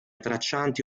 traccianti